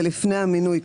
זה לפני המינוי.